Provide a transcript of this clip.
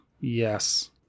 yes